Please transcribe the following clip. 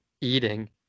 eating